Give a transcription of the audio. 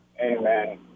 Amen